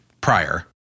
prior